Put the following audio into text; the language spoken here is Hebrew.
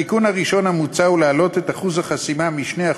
התיקון הראשון המוצע הוא להעלות את אחוז החסימה מ-2%,